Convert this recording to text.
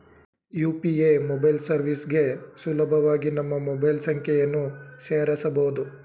UPA mobile ಸರ್ವಿಸ್ಗೆ ಸುಲಭವಾಗಿ ನಮ್ಮ ಮೊಬೈಲ್ ಸಂಖ್ಯೆಯನ್ನು ಸೇರಸಬೊದು